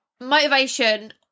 motivation